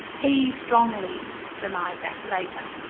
he strongly denied that later.